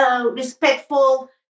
respectful